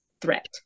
threat